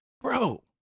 bro